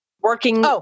working